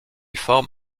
forme